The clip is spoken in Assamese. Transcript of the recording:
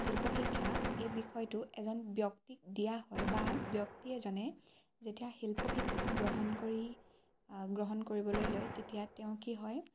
শিল্পশিক্ষা এই বিষয়টো এজন ব্যক্তিক দিয়া হয় বা ব্যক্তি এজনে যেতিয়া শিল্পশিক্ষা গ্ৰহণ কৰি গ্ৰহণ কৰিবলৈ লয় তেতিয়া তেওঁ কি হয়